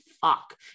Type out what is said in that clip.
fuck